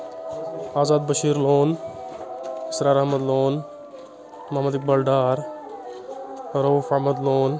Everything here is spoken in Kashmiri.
آزاد بشیٖر لون اِثرار احمد لون محمد اقبال ڈار روف احمد لون